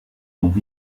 dont